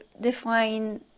define